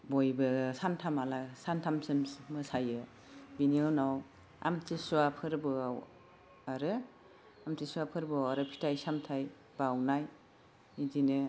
बयबो सानथाम हाला सानथामसिम मोसायो बिनि उनाव आमथिसुवा फोरबोआव आरो आमथिसुवा फोरबोआव आरो फिथाइ सामथाइ बावनाय एदिनो